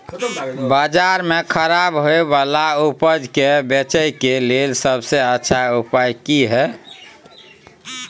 बाजार में खराब होय वाला उपज के बेचय के लेल सबसे अच्छा उपाय की हय?